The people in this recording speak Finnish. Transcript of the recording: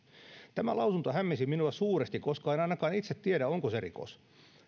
tämä lausunto hämmensi minua suuresti koska en ainakaan itse tiedä onko se rikos